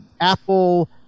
Apple